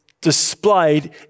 displayed